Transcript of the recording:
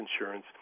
insurance